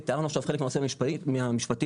ותיארנו עכשיו חלק מההיבטים המשפטיים,